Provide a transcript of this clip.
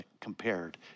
compared